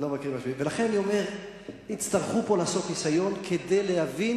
לכן אני אומר שיצטרכו פה לעשות ניסיון להבין